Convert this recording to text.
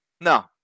No